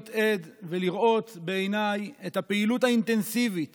עד ולראות בעיניי את הפעילות האינטנסיבית